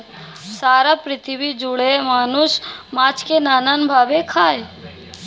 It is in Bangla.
সারা পৃথিবী জুড়ে মানুষ মাছকে নানা ভাবে খায়